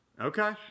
Okay